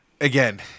Again